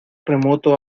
remoto